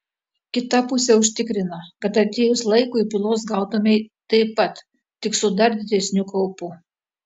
kita pusė užtikrina kad atėjus laikui pylos gautumei taip pat tik su dar didesniu kaupu